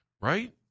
Right